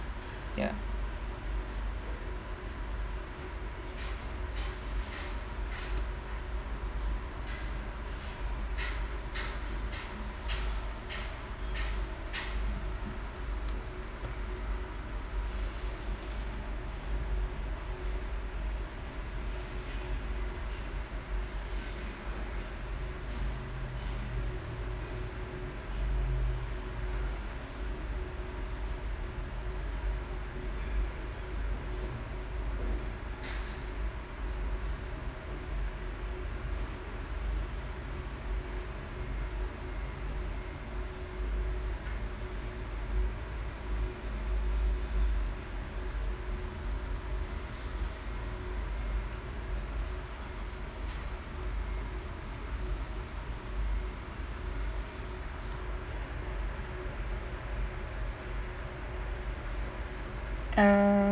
ya uh